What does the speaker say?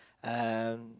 um